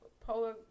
Polar